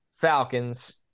falcons